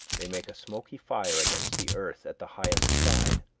they make a smoky fire against the earth, at the highest side.